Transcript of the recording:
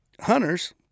hunters